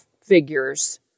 figures